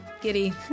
giddy